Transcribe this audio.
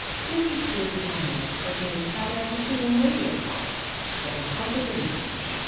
fifty two of the antelope are given satellite receiving radio collars that will help with the research.